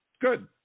good